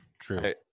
true